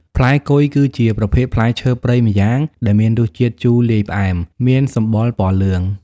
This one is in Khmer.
ផ្លែគុយ គឺជាប្រភេទផ្លែឈើព្រៃម្យ៉ាងដែលមានរសជាតិជូរលាយផ្អែម មានសម្បុរពណ៌លឿង។